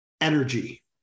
energy